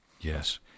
Yes